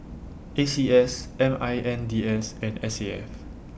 A C S M I N D S and S A F